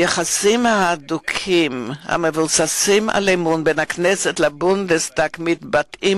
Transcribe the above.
היחסים ההדוקים המבוססים על אמון בין הכנסת לבונדסטאג מתבטאים,